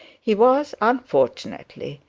he was, unfortunately,